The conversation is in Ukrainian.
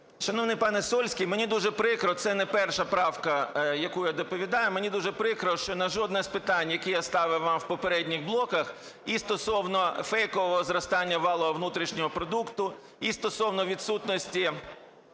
Шановний пане Сольський, мені дуже прикро, це не перша правка, яку я доповідаю, мені дуже прикро, що на жодне з питань, які я ставив вам в попередніх блоках, і стосовно фейкового зростання валового внутрішнього продукту, і стосовно відсутності